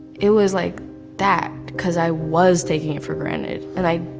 it was like that because i was taking it for granted and i,